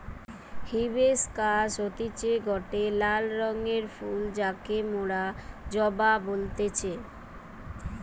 hibiscus হতিছে গটে লাল রঙের ফুল যাকে মোরা জবা বলতেছি